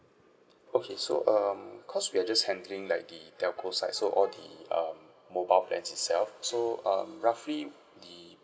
okay so um because we're just handling like the telco side so all the um mobile plan itself so um roughly the